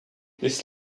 this